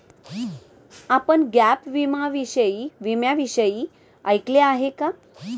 आपण गॅप विम्याविषयी ऐकले आहे का?